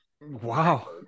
Wow